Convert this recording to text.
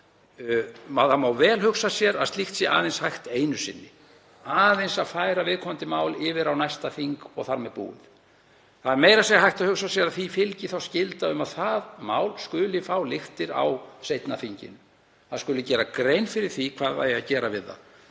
Það má vel hugsa sér að slíkt sé aðeins hægt einu sinni, aðeins að færa viðkomandi mál yfir á næsta þing og þar með búið. Það er meira að segja hægt að hugsa sér að því fylgi skylda um að það mál skuli fá lyktir á seinna þinginu, það skuli gera grein fyrir því hvað eigi að gera við það.